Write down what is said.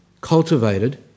cultivated